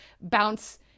bounce